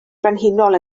frenhinol